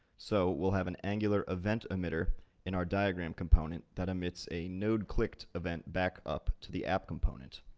so we'll have an angular eventemitter in our diagram component that emits a nodeclicked event back up to the app component.